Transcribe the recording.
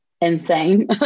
insane